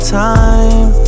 time